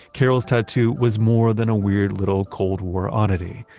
carol's tattoo was more than a weird little cold war oddity.